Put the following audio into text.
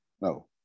No